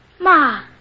Ma